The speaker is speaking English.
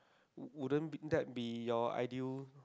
wouldn't be that be your ideal